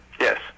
Yes